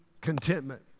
contentment